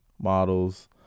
models